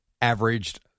averaged